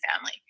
family